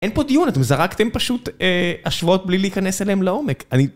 אין פה דיון, אתם זרקתם פשוט השוואות בלי להיכנס אליהם לעומק.